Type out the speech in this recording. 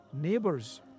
neighbors